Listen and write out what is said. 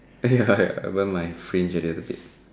!aiya! burn my fringe a little bit